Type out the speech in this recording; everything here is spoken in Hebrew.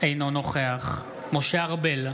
אינו נוכח משה ארבל,